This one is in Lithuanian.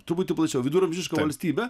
truputį plačiau viduramžišką valstybę